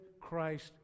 Christ